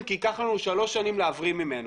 כי ייקח לנו שלוש שנים להבריא ממנו.